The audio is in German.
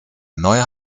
neue